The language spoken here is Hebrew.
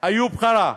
איוב קרא,